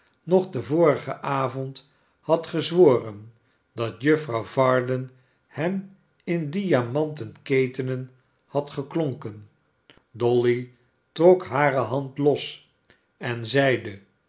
nog den vorigen avond had gezworen dat jufter varden hem in diamanten ketenen had geklonken dolly trok hare hand los en zeide